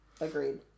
Agreed